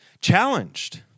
challenged